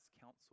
counsel